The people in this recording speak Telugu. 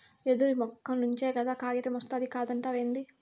యెదురు మొక్క నుంచే కదా కాగితమొస్తాది కాదంటావేంది